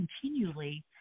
continually